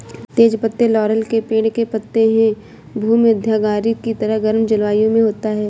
तेज पत्ते लॉरेल के पेड़ के पत्ते हैं भूमध्यसागरीय की तरह गर्म जलवायु में होती है